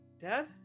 Dad